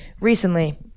Recently